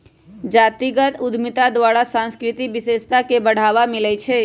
जातीगत उद्यमिता द्वारा सांस्कृतिक विशेषता के बढ़ाबा मिलइ छइ